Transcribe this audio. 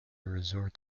resort